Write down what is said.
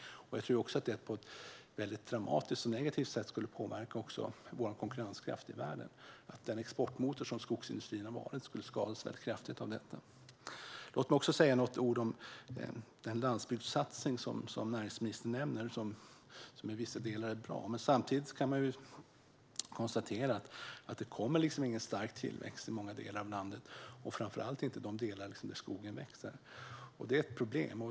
Jag tror att det på ett väldigt dramatiskt och negativt sätt skulle påverka också vår konkurrenskraft i världen och att den exportmotor som skogsindustrin har varit skulle skadas kraftigt av detta. Låt mig också säga några ord om den landsbygdssatsning som näringsministern nämner. Den är i vissa delar bra, men samtidigt kan man konstatera att det inte kommer någon stark tillväxt i många delar av landet, framför allt inte i de delar där skogen växer. Det är ett problem.